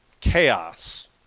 chaos